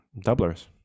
doublers